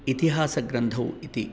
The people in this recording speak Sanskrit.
इतिहासग्रन्थौ इति